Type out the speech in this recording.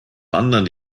wandern